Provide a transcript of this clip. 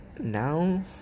now